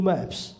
Maps